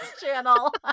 channel